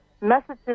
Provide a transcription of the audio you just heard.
messages